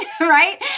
right